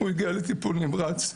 הוא הגיע לטיפול נמרץ,